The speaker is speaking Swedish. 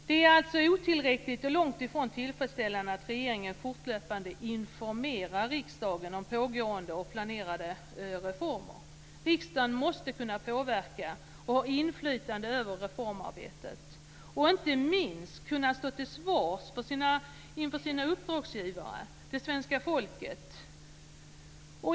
Det är alltså otillräckligt och långt ifrån tillfredsställande att regeringen fortlöpande informerar riksdagen om pågående och planerade reformer. Riksdagen måste kunna påverka och ha inflytande över reformarbetet. Inte minst måste riksdagen kunna stå till svars inför sina uppdragsgivare, det svenska folket.